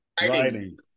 writing